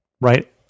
right